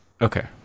Okay